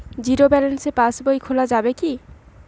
Zero balance পাশ বই খোলা যাবে কি?